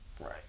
Right